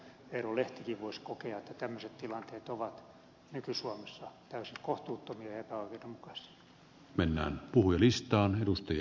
eero lehtikin voisi kokea että tämmöiset tilanteet ovat nyky suomessa täysin kohtuuttomia ja epäoikeudenmukaisia